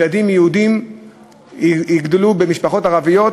ילדים יהודים יגדלו במשפחות ערביות,